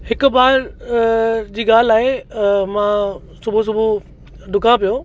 हिकु बार जी ॻाल्हि आहे मां सुबुह सुबुह डुकां पियो